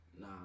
Nah